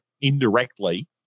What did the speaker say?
indirectly